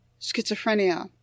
schizophrenia